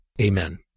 Amen